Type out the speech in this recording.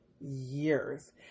years